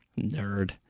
Nerd